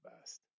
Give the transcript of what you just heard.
best